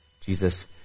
Jesus